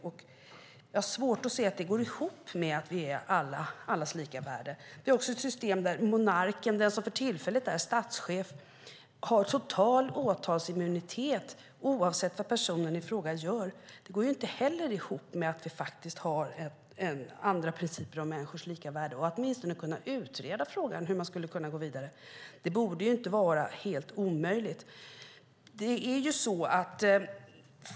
Jag har svårt att se att det går ihop med allas lika värde. Det är också ett system där monarken, den som för tillfället är statschef, har total åtalsimmunitet oavsett vad personen i fråga gör. Det går inte heller ihop med att vi har andra principer om människors lika värde. Att åtminstone utreda frågan hur man skulle kunna gå vidare borde inte vara helt omöjligt.